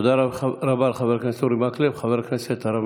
תודה רבה לחבר הכנסת אורי מקלב.